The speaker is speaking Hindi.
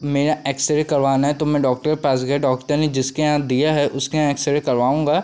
मेरा एक्सरे करवाना है तो मैं डॉक्टर पास गया डॉक्टर ने जिसके यहाँ दिया है उसके यहाँ एक्सरे करवाऊँगा